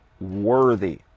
worthy